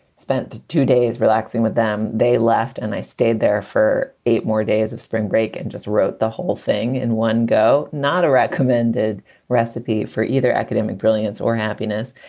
spent two days relaxing with them. they left and i stayed there for eight more days of spring break and just wrote the whole thing in one go. not a recommended recipe for either academic brilliance or happiness.